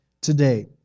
today